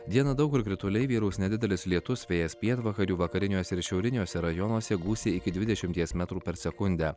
dieną daug kur krituliai vyraus nedidelis lietus vėjas pietvakarių vakariniuose ir šiauriniuose rajonuose gūsiai iki dvidešimties metrų per sekundę